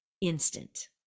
instant